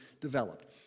developed